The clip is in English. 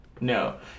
No